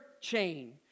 chain